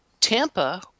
Tampa